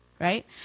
Right